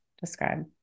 Describe